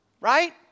Right